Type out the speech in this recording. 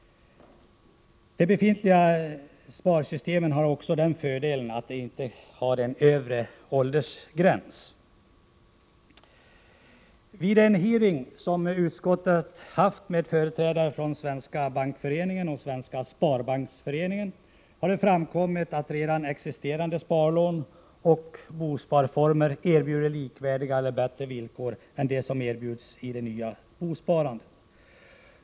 Det befintliga sparsystemet har också den fördelen att det inte har en övre åldersgräns. Vid en hearing som utskottet har haft med företrädare för Svenska bankföreningen och Svenska sparbanksföreningen har det framkommit att redan existerande sparlån och bosparformer erbjuder likvärdiga eller bättre villkor än de som erbjuds i det nya bosparandet.